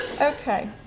Okay